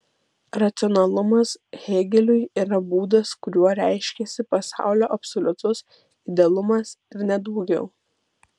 racionalumas hėgeliui yra būdas kuriuo reiškiasi pasaulio absoliutus idealumas ir ne daugiau